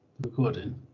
Recording